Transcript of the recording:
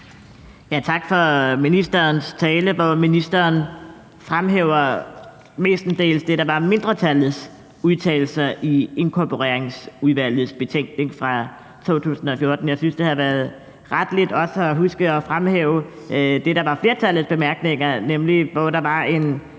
Tak for ministerens tale, hvor ministeren mestendels fremhæver det, der var mindretallets udtalelser i Inkorporeringsudvalgets betænkning fra 2014. Jeg synes, det havde været retteligt også at have husket at fremhæve det, der var flertallets bemærkninger, nemlig den lange